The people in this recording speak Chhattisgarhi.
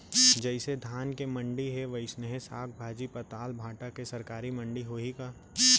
जइसे धान के मंडी हे, वइसने साग, भाजी, पताल, भाटा के सरकारी मंडी होही का?